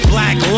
Black